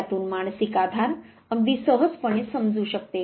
त्यातून मानसिक आधार अगदी सहजपणे समजू शकते